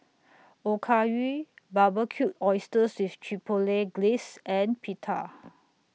Okayu Barbecued Oysters with Chipotle Glaze and Pita